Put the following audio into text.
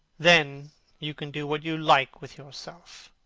then you can do what you like with yourself.